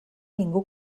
ningú